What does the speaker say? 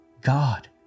God